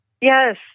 Yes